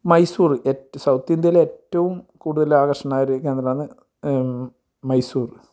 മൈസൂർ ഏറ്റ സൗത്ത് ഇന്ത്യയിലെ ഏറ്റവും കൂടുതലാകർഷണമായ ഒരു കേന്ദ്രാന്ന് മൈസൂർ